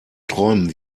träumen